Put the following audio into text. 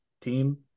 team